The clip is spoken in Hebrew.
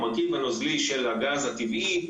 המרכיב הנוזלי של הגז הטבעי,